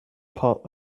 part